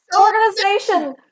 organization